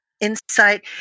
insight